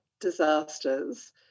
disasters